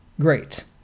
great